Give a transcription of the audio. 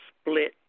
split